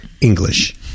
English